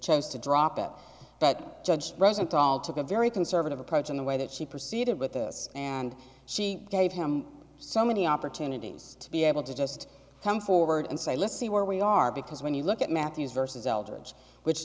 chose to drop it but judge rosenthal took a very conservative approach in the way that she proceeded with this and she gave him so many opportunities to be able to just come forward and say let's see where we are because when you look at matthews versus eldridge which